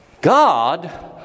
God